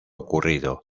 ocurrido